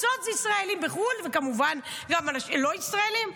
תפוצות זה ישראלים בחו"ל, וכמובן לא ישראלים.